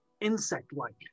insect-like